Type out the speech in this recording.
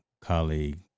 colleague